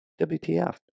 WTF